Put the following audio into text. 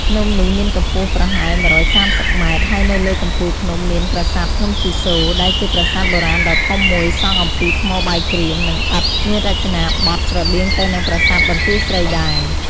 ភ្នំនេះមានកម្ពស់ប្រហែល ១៣០ ម៉ែត្រ ហើយនៅលើកំពូលភ្នំ មាន ប្រាសាទភ្នំជីសូរ ដែលជាប្រាសាទបុរាណដ៏ធំមួយសង់អំពីថ្មបាយក្រៀម និងឥដ្ឋ មានរចនាបថស្រដៀងទៅនឹងប្រាសាទបន្ទាយស្រីដែរ។